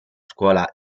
scuola